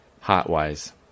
Hot-wise